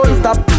stop